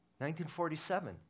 1947